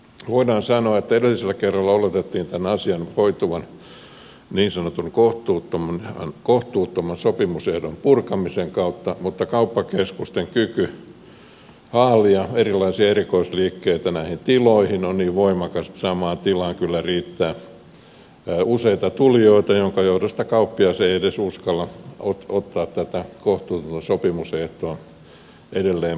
voidaan sanoa että edellisellä kerralla oletettiin tämän asian hoituvan niin sanotun kohtuuttoman sopimusehdon purkamisen kautta mutta kauppakeskusten kyky haalia erilaisia erikoisliikkeitä näihin tiloihin on niin voimakas että samaan tilaan kyllä riittää useita tulijoita minkä johdosta kauppias ei edes uskalla ottaa tätä kohtuutonta sopimusehtoa edelleen pohdittavaksi